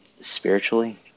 spiritually